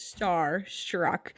starstruck